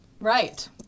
Right